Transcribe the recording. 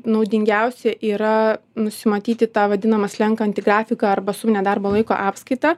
naudingiausia yra nusimatyti tą vadinamą slenkantį grafiką arba suminę darbo laiko apskaitą